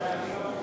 מתי אני?